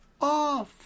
off